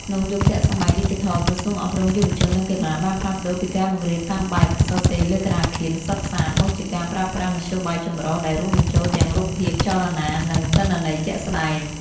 ក្នុងយុគសម័យឌីជីថល ក្រសួងអប់រំ យុវជន និងកីឡា បានផ្លាស់ប្តូរពីការបង្រៀនតាមបែបសរសេរលើក្ដារខៀនសុទ្ធសាធ មកជាការប្រើប្រាស់មធ្យោបាយចម្រុះ ដែលរួមបញ្ចូលទាំងរូបភាព ចលនា និងទិន្នន័យជាក់ស្ដែង។